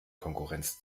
konkurrenz